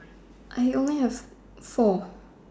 I only have four